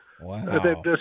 Wow